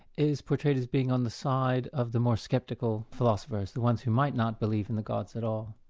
is portrayed as being on the side of the more sceptical philosophers the ones who might not believe in the gods at all.